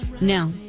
Now